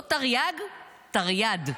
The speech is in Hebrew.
לא תרי"ג, תרי"ד.